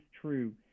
true